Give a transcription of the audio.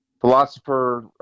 philosopher